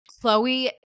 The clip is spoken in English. Chloe